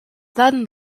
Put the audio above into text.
then